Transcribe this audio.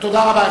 תודה רבה.